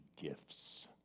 gifts